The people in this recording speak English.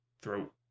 throat